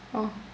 oh